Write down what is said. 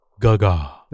Gaga